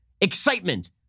Excitement